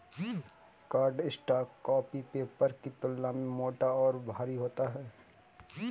cardstock copy paper की तुलना में मोटा और भारी होता है